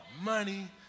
money